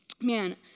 man